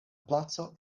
placo